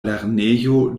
lernejo